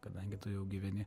kadangi tu jau gyveni